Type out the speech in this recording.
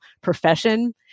profession